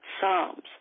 Psalms